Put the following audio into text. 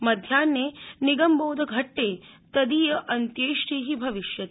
मध्याहे निगमबोधघट्टे तदीय अन्त्येष्टि भविष्यति